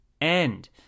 end